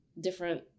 different